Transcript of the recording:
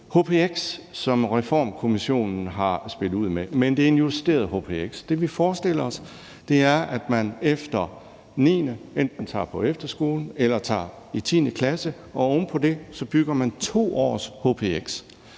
hpx, som Reformkommissionen har spillet ud med. Men det er en justeret hpx. Det, vi forestiller os, er, at man efter 9. klasse enten tager på efterskole eller tager 10. klasse, og oven på det bygger man 2 års hpx,